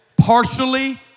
partially